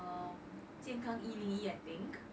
um 健康一零一 I think